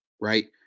right